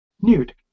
nude